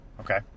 Okay